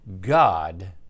God